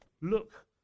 look